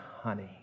honey